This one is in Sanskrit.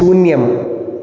शून्यम्